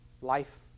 life